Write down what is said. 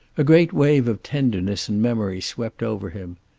a great wave of tenderness and memory swept over him.